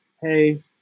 hey